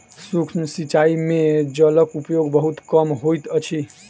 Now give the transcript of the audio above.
सूक्ष्म सिचाई में जलक उपयोग बहुत कम होइत अछि